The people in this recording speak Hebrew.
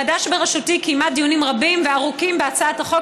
הוועדה שבראשותי קיימה דיונים רבים וארוכים בהצעת החוק.